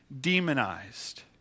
demonized